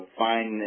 find